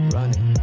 Running